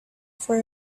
for